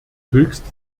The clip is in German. höchste